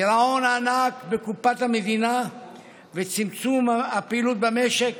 גירעון ענק בקופת המדינה וצמצום הפעילות במשק